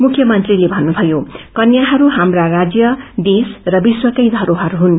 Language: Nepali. मुख्यमन्त्रीले भन्नुषयो कन्याहरू सप्रा राज्य देश र विश्वकै धरोहर हुन्